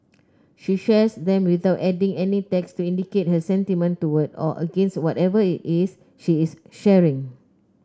she shares them without adding any text to indicate her sentiment toward or against whatever it is she is sharing